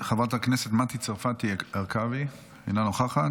חברת הכנסת מטי צרפתי הרכבי, אינה נוכחת.